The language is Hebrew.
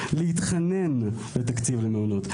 להתחנן על תקציב למעונות.